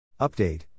Update